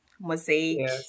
Mosaic